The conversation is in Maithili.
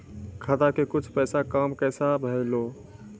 खाता के कुछ पैसा काम कैसा भेलौ?